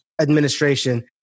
administration